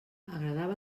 agradava